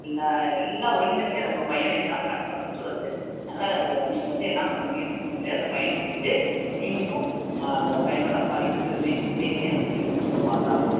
எல்லா எல்லா ஒழுங்கினத்துலையும் உங்கள் பையன் நேம் தான் மேடம் ஃபர்ஸ்ட்டு வருதுங்க அதனால நீங்கள் வந்து என்ன பண்ணணும் இந்த பையனை கூட்டிகிட்டு நீங்களும் அந்த பையனோட அப்பா ரெண்டு பேருமே சேர்ந்து என்ன வந்து நீங்கள் கண்டிப்பாக வந்து பார்த்தாகணும்